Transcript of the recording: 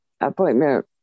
appointment